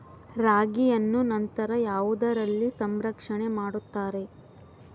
ರಾಗಿಯನ್ನು ನಂತರ ಯಾವುದರಲ್ಲಿ ಸಂರಕ್ಷಣೆ ಮಾಡುತ್ತಾರೆ?